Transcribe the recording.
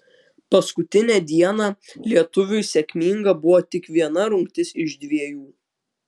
paskutinę dieną lietuviui sėkminga buvo tik viena rungtis iš dvejų